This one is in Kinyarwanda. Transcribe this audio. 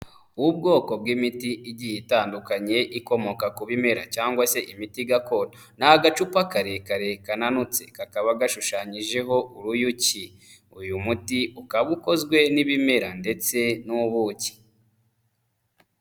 Ubwoko bw'imiti igiye itandukanye ikomoka ku bimera cyangwa se imiti gakondo, ni agacupa karekare kananutse kakaba gashushanyijeho uruyuki, uyu muti ukaba ukozwe n'ibimera ndetse n'ubuki.